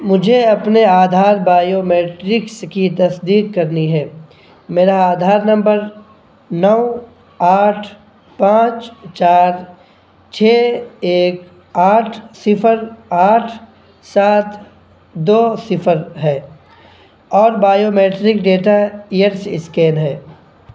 مجھے اپنے آدھار بایومیٹرکس کی تصدیق کرنی ہے میرا آدھار نمبر نو آٹھ پانچ چار چھ ایک آٹھ صفر آٹھ سات دو صفر ہے اور بایومیٹرک ڈیٹا ایپس اسکین ہے